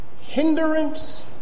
hindrance